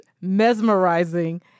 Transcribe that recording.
mesmerizing